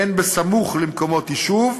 הן בסמוך למקומות יישוב,